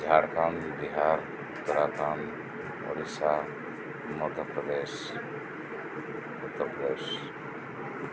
Jharkhand Bihar Uttarakhand Odisha Madhya Pradesh